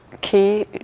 key